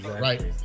right